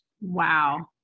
Wow